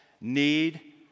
need